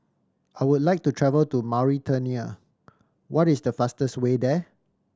I would like to travel to Mauritania what is the fastest way there